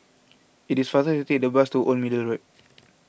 it is faster take the bus to Old Middle Road